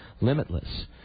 limitless